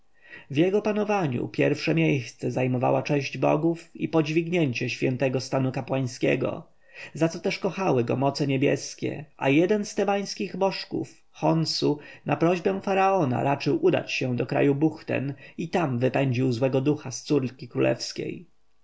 w jego panowaniu pierwsze miejsce zajmowała cześć bogów i podźwignięcie świętego stanu kapłańskiego za co też kochały go moce niebieskie a jeden z tebańskich bożków chonsu na prośbę faraona raczył udać się do kraju buchten i tam wypędził złego ducha z córki królewskiej